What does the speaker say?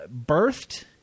birthed